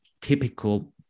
typical